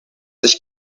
sich